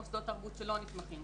מוסדות תרבות שלא נתמכים,